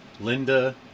Linda